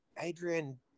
Adrian